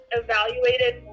evaluated